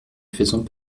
faisant